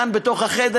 כאן בתוך החדר,